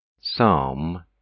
Psalm